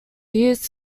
used